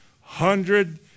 hundred